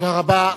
תודה רבה.